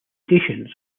stations